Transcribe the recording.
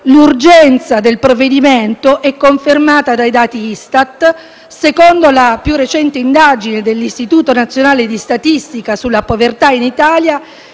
L'urgenza del provvedimento è confermata dai dati ISTAT. Secondo la più recente indagine dell'Istituto nazionale di statistica sulla povertà in Italia,